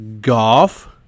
Golf